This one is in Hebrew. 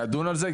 נדון על זה,